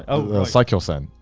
ah sakio-sen.